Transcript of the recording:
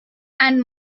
and